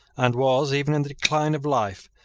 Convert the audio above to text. and was, even in the decline of life,